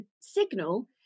signal